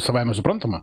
savaime suprantama